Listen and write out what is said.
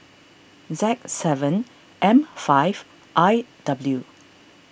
Z seven M five I W